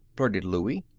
blurted louie.